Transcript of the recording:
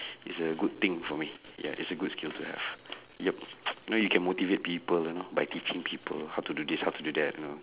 it's a good thing for me ya it's a good skill ya yup you know you can motivate people you know by teaching people how to do this how to do that you know